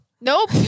Nope